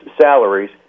salaries